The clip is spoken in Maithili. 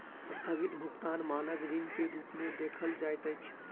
अस्थगित भुगतानक मानक ऋण के रूप में देखल जाइत अछि